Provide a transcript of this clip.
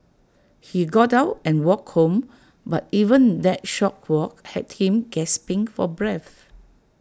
he got out and walked home but even that short walk had him gasping for breath